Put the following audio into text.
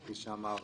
כפי שאמר